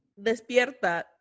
despierta